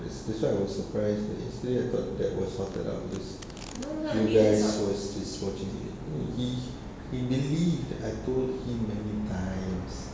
that's that's why I was surprised that yesterday I thought that was sorted out because you guys was just watching it he he immediately I told him many times